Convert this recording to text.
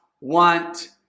want